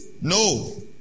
No